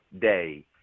day